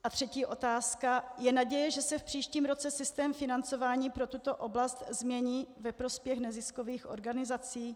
A třetí otázka: Je naděje, že se v příštím roce systém financování pro tuto oblast změní ve prospěch neziskových organizací?